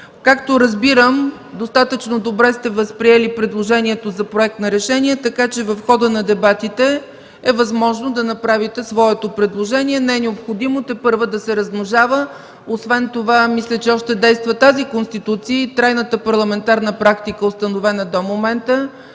Както разбирам, достатъчно добре сте възприели предложението за Проект на решение, така че в хода на дебатите е възможно да направите своето предложение. Не е необходимо тепърва да се размножава. Освен това мисля, че все още действа тази Конституция и трайната парламентарна практика, установена до момента,